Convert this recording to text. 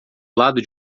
lado